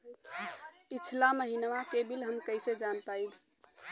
पिछला महिनवा क बिल हम कईसे जान पाइब?